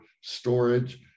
storage